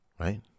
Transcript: Right